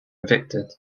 evicted